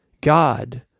God